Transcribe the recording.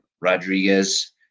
Rodriguez